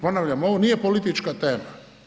Ponavljam, ovo nije politička tema.